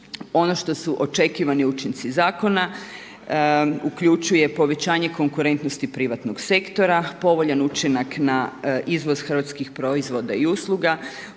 ono što su očekivani učinci zakona uključuje povećanje konkurentnosti privatnog sektora, povoljan učinak na izvoz hrvatskih proizvoda i usluga,